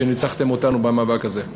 שניצחתם אותנו במאבק הזה.